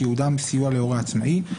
שייעודם סיוע להורה עצמאי,